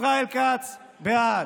ישראל כץ בעד,